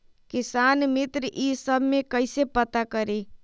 किसान मित्र ई सब मे कईसे पता करी?